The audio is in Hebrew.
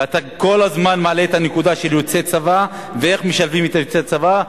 ואתה כל הזמן מעלה את הנקודה של יוצאי צבא ואיך משלבים את יוצאי הצבא,